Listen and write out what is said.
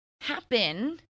happen